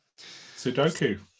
Sudoku